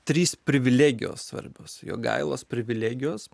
trys privilegijos svarbios jogailos privilegijos